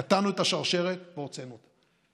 קטענו את השרשרת והוצאנו אותם.